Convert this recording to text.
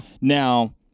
Now